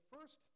first